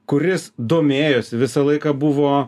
kuris domėjosi visą laiką buvo